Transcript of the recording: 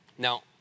Now